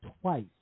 twice